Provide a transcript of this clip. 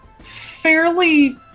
fairly